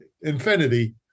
infinity